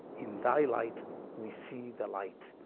in thy light we see the light,